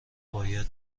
باید